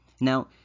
Now